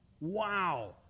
Wow